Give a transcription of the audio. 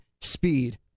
speed